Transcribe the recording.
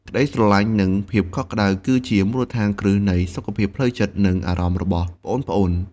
ក្តីស្រឡាញ់ និងភាពកក់ក្តៅ គឺជាមូលដ្ឋានគ្រឹះនៃសុខភាពផ្លូវចិត្ត និងអារម្មណ៍របស់ប្អូនៗ។